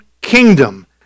kingdom